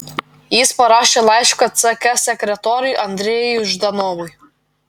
jis parašė laišką ck sekretoriui andrejui ždanovui